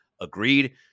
agreed